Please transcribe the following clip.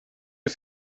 die